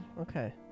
okay